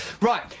right